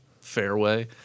fairway